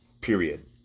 period